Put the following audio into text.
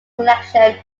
collection